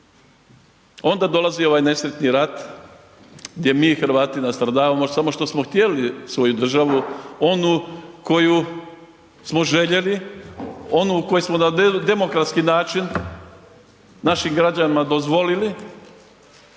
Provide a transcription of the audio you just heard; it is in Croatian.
Onda dolazi ovaj nesretni rat gdje mi Hrvati nastradavamo samo što smo htjeli svoju državu, onu koju smo željeli, onu koju smo na demokratski način našim građanima dozvolili